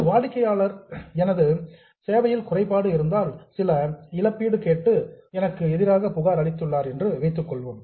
ஒரு வாடிக்கையாளர் எனது டெபீஷியேன்ஸி இன் சர்வீஸ் சேவையில் குறைபாடு இருந்ததால் சில காம்பென்சேஷன் இழப்பீடு கேட்டு எனக்கு எதிராக புகார் அளித்துள்ளார் என்று வைத்துக்கொள்வோம்